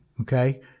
okay